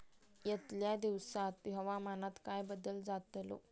यतल्या दिवसात हवामानात काय बदल जातलो?